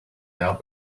now